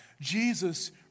Jesus